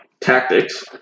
tactics